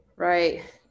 Right